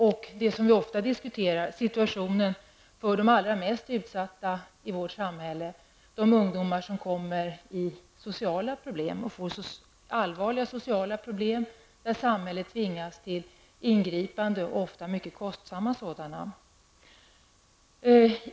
Vi diskuterar ju ofta situationen för de allra mest utsatta i vårt samhälle, de ungdomar som får allvarliga sociala problem. Samhället tvingas där ofta till ingripanden och ofta mycket kostsamma sådana.